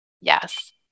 yes